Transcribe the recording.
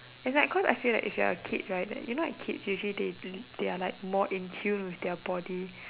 is like cause I feel that if you are a kid right then you know like kids usually they bleed they are like more in tune with their body